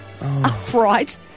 upright